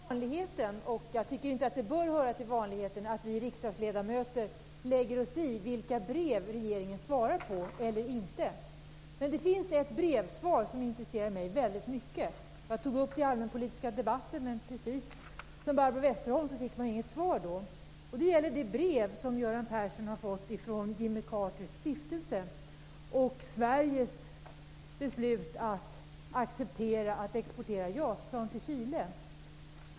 Herr talman! Det hör inte till vanligheten, och jag tycker inte att det bör höra till vanligheten, att vi riksdagsledamöter lägger oss i vilka brev regeringen svarar på eller inte. Men det finns ett brevsvar som intresserar mig väldigt mycket. Jag tog upp det i allmänpolitiska debatten, men precis som Barbro Westerholm fick jag inget svar då. Det gäller det brev som Göran Persson har fått från Jimmy Carters stiftelse om Sveriges beslut att acceptera att exportera JAS plan till Chile.